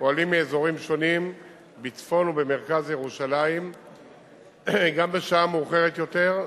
פועלים מאזורים שונים בצפון ובמרכז ירושלים גם בשעה מאוחרת יותר.